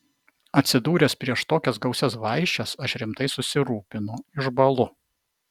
atsidūręs prieš tokias gausias vaišes aš rimtai susirūpinu išbąlu